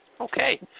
Okay